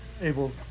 able